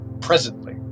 presently